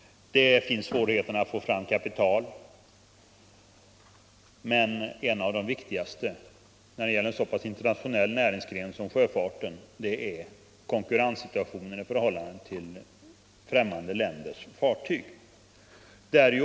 Det är också svårt att få fram kapital. Men en av de viktigaste anledningarna när det gäller en så internationell näringsgren som sjöfarten är konkurrenssituationen i förhållande till främmande länders fartyg.